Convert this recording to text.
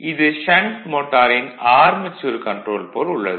இது ஷண்ட் மோட்டாரின் armature control போல் உள்ளது